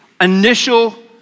initial